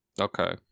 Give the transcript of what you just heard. Okay